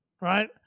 right